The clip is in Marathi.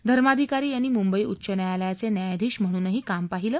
धर्माधिकारी यांनी मुंबई उच्च न्यायालयाचे न्यायाधीश म्हणूनही काम पाहिलं